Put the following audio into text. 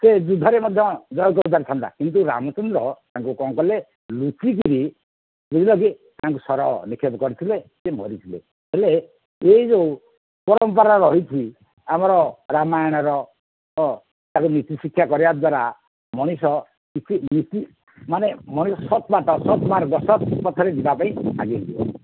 ସେ ଯୁଦ୍ଧରେ ମଧ୍ୟ ଜୟ କରିପାରିଥାନ୍ତା କିନ୍ତୁ ରାମଚନ୍ଦ୍ର ତାଙ୍କୁ କଣ କଲେ ଲୁଚି କରି ବୁଝିଲ କି ତାଙ୍କୁ ସର ନିକ୍ଷେପ କରିଥିଲେ ସେ ମରିଥିଲେ ହେଲେ ସେଇ ଯେଉଁ ପରମ୍ପରା ରହିଛି ଆମର ରାମାୟଣର ତାକୁ ନୀତିଶିକ୍ଷା କରିବା ଦ୍ୱାରା ମଣିଷ କିଛି ନୀତି ମାନେ ମଣିଷ ସତ୍ ବାର୍ତ୍ତା ସତ୍ ମାର୍ଗ ସତ୍ ପଥରେ ଯିବାପାଇଁ ଆଗେଇ ଯିବ